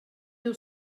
teu